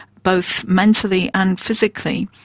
both mentally and physically.